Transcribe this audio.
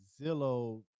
Zillow